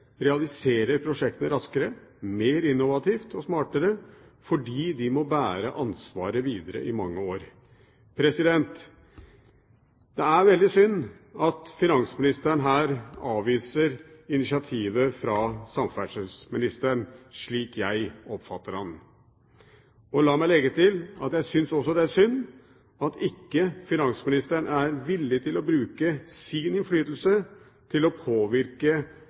realiserer man prosjekter raskere, mer innovativt og smartere, fordi man må bære ansvaret videre i mange år. Det er veldig synd at finansministeren her avviser initiativet fra samferdselsministeren, slik jeg oppfatter ham. La meg legge til at jeg syns også det er synd at ikke finansministeren er villig til å bruke sin innflytelse til å påvirke